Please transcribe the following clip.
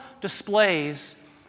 displays